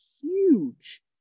huge